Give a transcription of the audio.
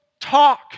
talk